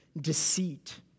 deceit